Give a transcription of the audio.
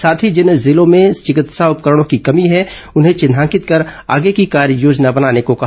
साथ ही जिन जिलों में चिकित्सा उपकरणों की कमी है उन्हें चिन्हांकित कर आगे की कार्ययोजना बनाने को कहा